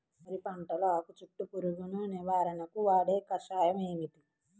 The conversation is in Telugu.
వరి పంటలో ఆకు చుట్టూ పురుగును నివారణకు వాడే కషాయం ఏమిటి?